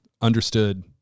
understood